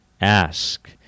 ask